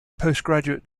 postgraduate